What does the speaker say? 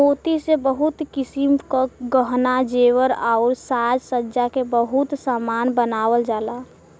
मोती से बहुत किसिम क गहना जेवर आउर साज सज्जा के बहुत सामान बनावल जाला